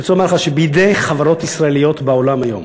אני רוצה לומר לך שבחברות ישראליות בעולם היום